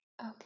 Okay